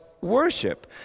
worship